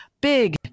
big